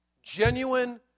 Genuine